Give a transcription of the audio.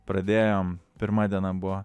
pradėjom pirma diena buvo